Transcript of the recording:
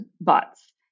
bots